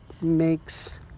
makes